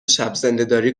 شبزندهداری